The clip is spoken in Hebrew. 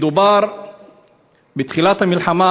מדובר בתחילת המלחמה.